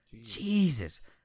Jesus